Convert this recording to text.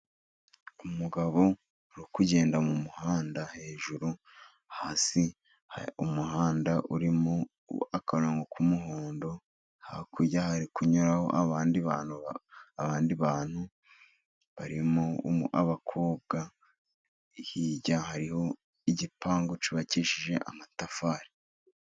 Umugabo uri kugenda mu muhanda hejuru, hasi hari umuhanda urimo akarongo k'umuhondo, hakurya hari kunyuraho abandi bantu barimo abakobwa, hirya hariho igipangu cyubakishije amatafari.